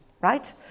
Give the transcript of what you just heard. right